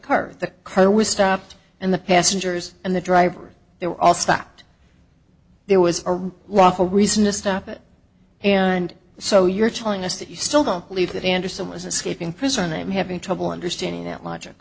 the car was stopped and the passengers and the driver they were all stopped there was a lawful reason to stop it and so you're telling us that you still don't believe that anderson was escaping prison name having trouble understanding that logic